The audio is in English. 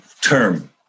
term